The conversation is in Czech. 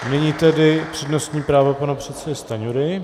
Nyní tedy přednostní právo pana předsedy Stanjury.